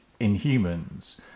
inhumans